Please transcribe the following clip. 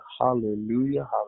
hallelujah